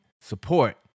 support